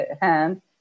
hand